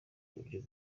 uburyo